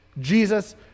Jesus